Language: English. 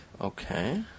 okay